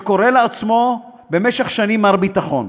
שקורא לעצמו במשך שנים מר ביטחון,